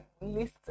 list